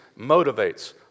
motivates